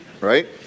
right